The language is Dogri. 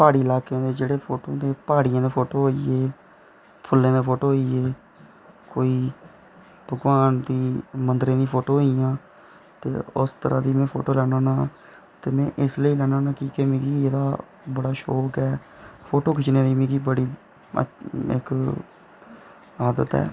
प्हाड़ी लाकें दे जेह्ड़े फोटू होंदे प्हाड़ियें दे फोटू होंदे फुल्लें दे फोटू होई गे कोई भगोआन दे मंदरें दी फोटू होई गेइयां ते उस तरह् दी में फोटू लैन्ना होन्ना ते में इसलेई लैन्ना होन्ना कि मिगी बड़ा शौक ऐ फोटू खिच्चने दी मिगी इक बड़ी आदत ऐ